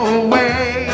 away